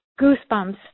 goosebumps